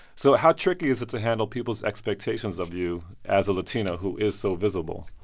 so how tricky is it to handle people's expectations of you as a latino who is so visible?